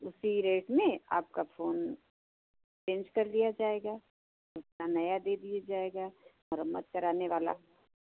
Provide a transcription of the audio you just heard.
उसी रेट में आपका फोन चेंज कर दिया जाएगा आपका नया दे दिया जाएगा मरम्मत कराने वाला